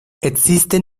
existen